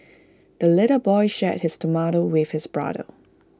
the little boy shared his tomato with his brother